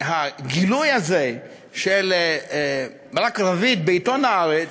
הגילוי הזה של ברק רביד בעיתון "הארץ"